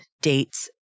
dates